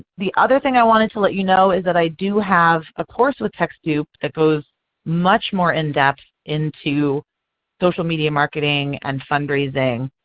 the other thing i wanted to let you know is that i do have a course with techsoup that goes much more in depth into social media marketing and fundraising.